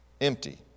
empty